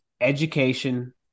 education